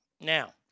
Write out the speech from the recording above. Now